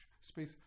space